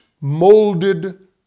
molded